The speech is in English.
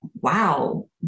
wow